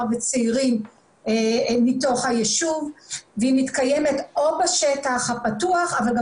וצעירים מתוך הישוב והיא מתקיימת או בשטח הפתוח אבל גם